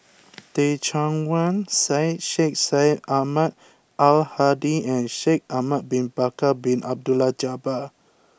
Teh Cheang Wan Syed Sheikh Syed Ahmad Al Hadi and Shaikh Ahmad Bin Bakar Bin Abdullah Jabbar